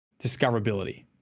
discoverability